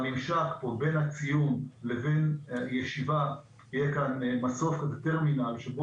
בממשק בין הציון לבין הישיבה יהיה מסוף או טרמינל שבו